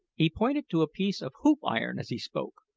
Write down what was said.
he pointed to a piece of hoop-iron as he spoke,